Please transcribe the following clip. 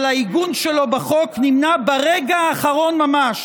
אבל העיגון שלו בחוק נמנע ברגע האחרון ממש